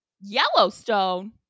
Yellowstone